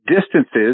distances